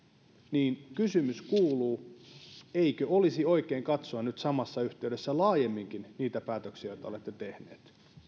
niin kysymys kuuluu eikö olisi oikein katsoa nyt samassa yhteydessä laajemminkin niitä päätöksiä joita olette tehneet